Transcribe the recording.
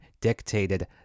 dictated